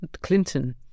Clinton